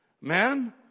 man